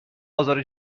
آزار